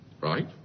right